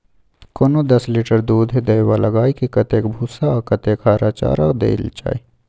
कोनो दस लीटर दूध दै वाला गाय के कतेक भूसा आ कतेक हरा चारा देल जाय?